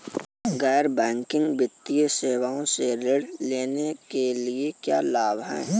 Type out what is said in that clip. गैर बैंकिंग वित्तीय सेवाओं से ऋण लेने के क्या लाभ हैं?